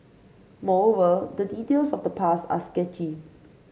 moreover the details of the past are sketchy